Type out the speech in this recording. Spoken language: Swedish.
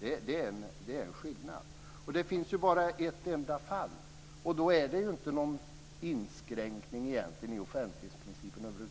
Det är en skillnad. Det finns dessutom bara ett enda fall, och då är det egentligen över huvud taget inte någon inskränkning i offentlighetsprincipen.